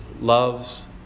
loves